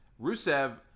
Rusev